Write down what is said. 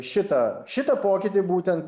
šitą šitą pokytį būtent